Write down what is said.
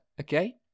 okay